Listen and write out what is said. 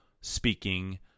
speaking